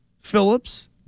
Phillips